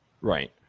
Right